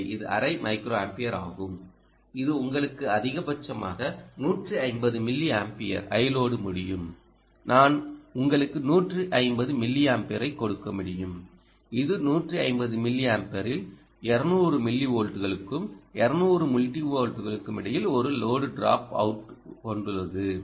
எனவே இது அரை மைக்ரோஅம்பியர் ஆகும் இது உங்களுக்கு அதிகபட்சமாக 150 மில்லி ஆம்பியர் Iload முடியும் நாங்கள் உங்களுக்கு 150 மில்லியம்பியரை கொடுக்க முடியும் இது 150 மில்லி ஆம்பியரில் 200 மில்லி வோல்ட்டுகளுக்கும் 200 மில்லி வோல்ட்டுகளுக்கும் இடையில் ஒரு லோடு டிராப் அவுட் கொண்டுள்ளது